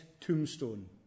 tombstone